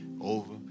over